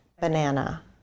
banana